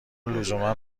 لزوما